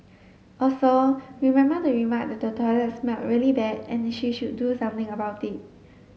also remember to remark that the toilet smelled really bad and that she should do something about it